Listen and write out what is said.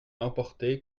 emporté